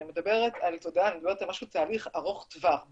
אני מדברת על תהליך ארוך טווח,